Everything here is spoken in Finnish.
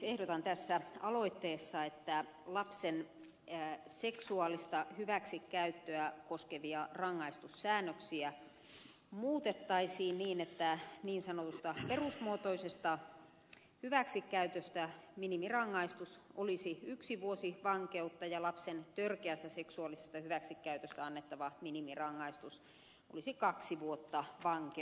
ehdotan tässä aloitteessa että lapsen seksuaalista hyväksikäyttöä koskevia rangaistussäännöksiä muutettaisiin niin että niin sanotusta perusmuotoisesta hyväksikäytöstä minimirangaistus olisi yksi vuosi vankeutta ja lapsen törkeästä seksuaalisesta hyväksikäytöstä annettava minimirangaistus olisi kaksi vuotta vankeutta